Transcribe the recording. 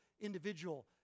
individual